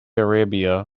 arabia